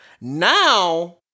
Now